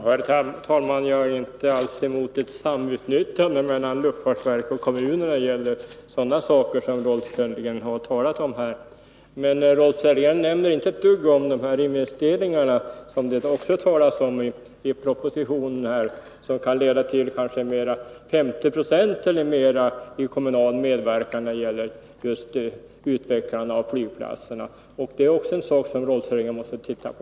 Herr talman! Jag har inte alls något emot ett samutnyttjande mellan luftfartsverket och kommunerna av sådana saker som Rolf Sellgren talade om här. Men Rolf Sellgren nämner inte ett ord om de investeringar som det talas om i propositionen och som kan leda till en 50-procentig kommunal medverkan, eller mera, när det gäller just utvecklande av flygplatserna. Detta är också något som Rolf Sellgren måste titta på.